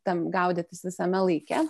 tam gaudytis visame laike